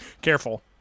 Careful